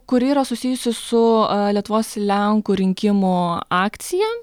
kuri yra susijusi su lietuvos lenkų rinkimų akcija